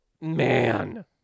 man